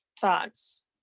thoughts